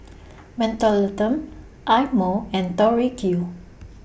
Mentholatum Eye Mo and Tori Q